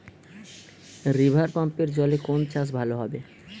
রিভারপাম্পের জলে কোন চাষ ভালো হবে?